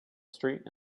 street